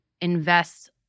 invest